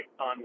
on